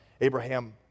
Abraham